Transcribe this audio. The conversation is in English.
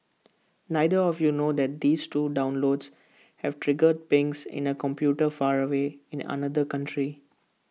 neither of you know that these two downloads have triggered pings in A computer far away in another country